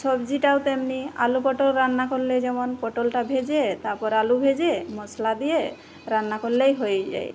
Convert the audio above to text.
সবজিটাও তেমনি আলু পটল রান্না করলে যেমন পটলটা ভেজে তারপর আলু ভেজে মশলা দিয়ে রান্না করলেই হয়ে যায়